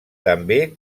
també